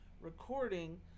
recording